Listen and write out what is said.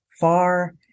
far